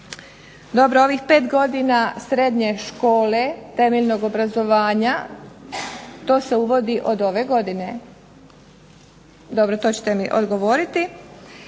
Dobro, ovih pet godina srednje škole, temeljnog obrazovanja, to se uvodi od ove godine? Dobro, to ćete mi odgovoriti.